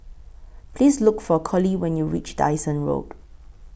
Please Look For Collie when YOU REACH Dyson Road